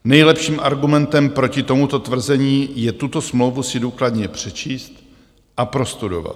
Nejlepším argumentem proti tomuto tvrzení je tuto smlouvu si důkladně přečíst a prostudovat.